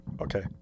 Okay